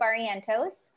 Barrientos